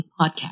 podcast